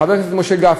חבר הכנסת משה גפני,